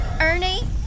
Ernie